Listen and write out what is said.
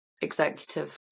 executive